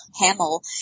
Hamill